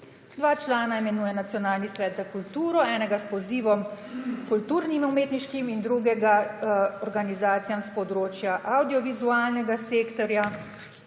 dva člana imenuje Nacionalni svet za kulturo, enega s pozivom kulturnim in umetniškim in drugega organizacijam s področja avdiovizualnega sektorja,